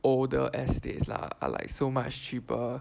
older estates lah are like so much cheaper